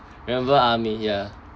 remember army ya